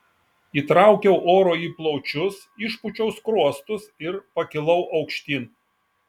įtraukiau oro į plaučius išpūčiau skruostus ir pakilau aukštyn